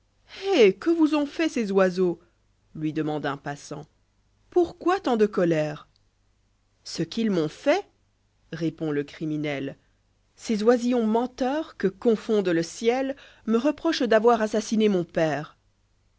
que vous ont fait ces oiseaux lui demande un passant pourquoi tant de colère ce qu'ils m'ont fait répond le criminel ces oisillons menteurs que confonde le ciel me reprochent d'avoir assassiné mon père